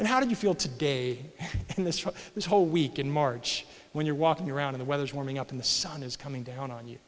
and how did you feel today in this for this whole week in march when you're walking around in the weather is warming up in the sun is coming down on you